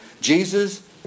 Jesus